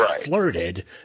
flirted